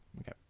Okay